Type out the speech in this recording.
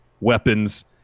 weapons